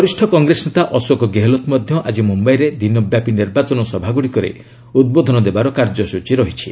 ବରିଷ୍ଣ କଂଗ୍ରେସ ନେତା ଅଶୋକ ଗେହଲଟ ମଧ୍ୟ ଆଜି ମୁମ୍ଭାଇରେ ଦିନବ୍ୟାପୀ ନିର୍ବାଚନ ସଭାଗୁଡ଼ିକରେ ଉଦ୍ବୋଧନ ଦେବାର କାର୍ଯ୍ୟସୂଚୀ ରହିଛି